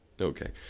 Okay